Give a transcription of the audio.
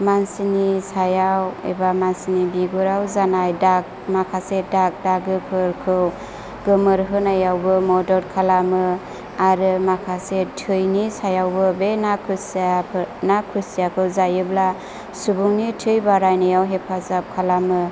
मानसिनि सायाव एबा मानसिनि बिगुराव जानाय दाग माखासे दाग दागोफोरखौ गोमोर होनायावबो मदद खालामो आरो माखासे थैनि सायावबो बे ना खुसियाफोर ना खुसियाखौ जायोब्ला सुबुंनि थै बारायनायाव हेफाजाब खालामो